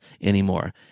anymore